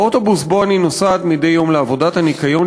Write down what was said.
באוטובוס שבו אני נוסעת מדי יום לעבודת הניקיון